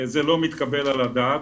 זה לא מתקבל על הדעת,